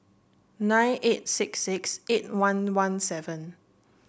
nine eight six six eight one one seven